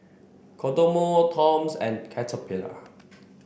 Kodomo Toms and Caterpillar